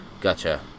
Gotcha